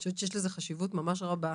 אני חושבת שיש לזה חשיבות ממש רבה,